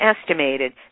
estimated